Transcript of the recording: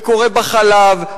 וקורה בחלב,